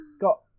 got